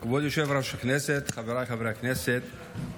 כבוד יושב-ראש הכנסת, חבריי חברי הכנסת,